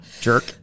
jerk